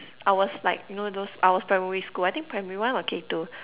I was like know those I was primary school I think primary one or K two